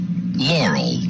Laurel